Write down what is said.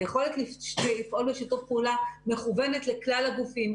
היכולת לפעול בשיתוף פעולה מכוונת לכלל הגופים,